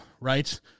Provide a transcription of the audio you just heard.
right